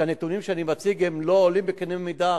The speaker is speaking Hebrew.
שהנתונים שאני מציג לא עולים בקנה אחד,